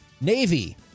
Navy-